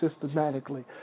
systematically